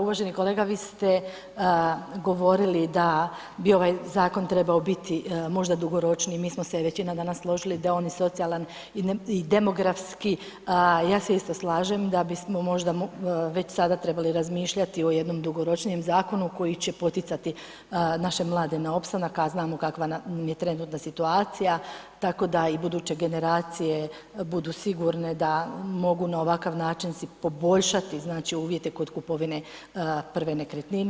Uvaženi kolega, vi ste govorili da bi ovaj zakon trebao biti možda dugoročniji, mi smo se većina danas složili da je on socijalan i demografski, ja se isto slažem da bismo možda već sada trebali razmišljati o jednom dugoročnijem zakonu koji će poticati naše mlade na opstanak a znamo kakva nam je trenutno situacija tako da i buduće generacije budu sigurne da mogu na ovakav način si poboljšati uvjete kod kupovine prve nekretnine.